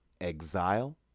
exile